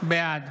בעד